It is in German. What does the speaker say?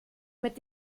mit